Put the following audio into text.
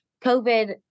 COVID